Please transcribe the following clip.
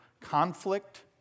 conflict